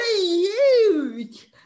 huge